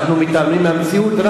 אנו מתעלמים מהמציאות?